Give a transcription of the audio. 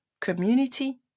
community